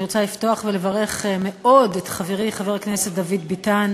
אני רוצה לפתוח ולברך מאוד את חברי חבר הכנסת דוד ביטן